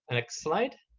and next slide.